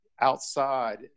outside